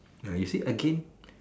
uh you see again